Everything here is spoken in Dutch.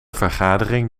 vergadering